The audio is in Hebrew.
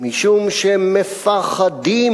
משום שהם מפחדים.